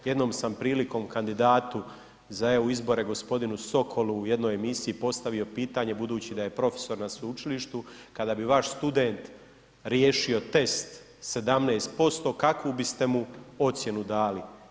Jednom sam prilikom kandidatu za eu izbore gospodinu Sokolu u jednoj emisiji postavio pitanje budući da je profesor na sveučilištu, kada bi vaš student riješio test 17% kakvu biste mu ocjenu dali.